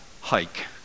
hike